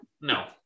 No